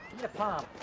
the palm.